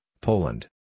Poland